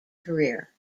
career